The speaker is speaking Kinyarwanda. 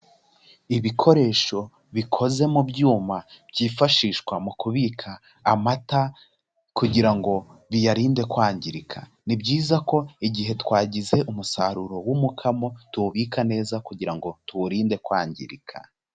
Ibikoresho bikoze mu byuma byifashishwa mu kubika amata kugira ngo biyarinde kwangirika, ni byiza ko igihe twagize umusaruro w'umukamo tuwubika neza kugira ngo tuwurinde kwangirika.